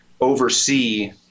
oversee